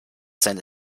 seine